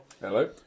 Hello